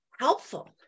helpful